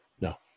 No